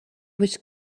was